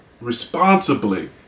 responsibly